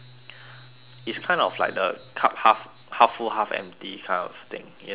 it's kind of like the cup half half full half empty kind of thing you know you know what I mean